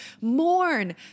mourn